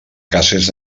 cases